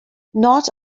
not